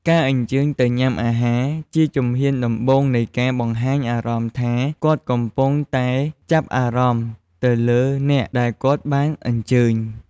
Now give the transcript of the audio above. ការអញ្ជើញទៅញ៉ាំអាហារ ជាជំហានដំបូងនៃការបង្ហាញអារម្មណ៍ថាគាត់កំពុងតែចាប់អារម្មណ៍ទៅលើអ្នកដែលគាត់បានអញ្ជើញ។